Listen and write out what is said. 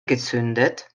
gezündet